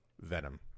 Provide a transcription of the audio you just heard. Venom